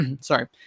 sorry